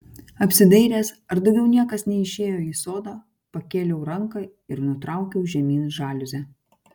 apsidairęs ar daugiau niekas neišėjo į sodą pakėliau ranką ir nutraukiau žemyn žaliuzę